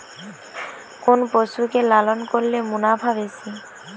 কোন পশু কে পালন করলে মুনাফা বেশি?